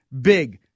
big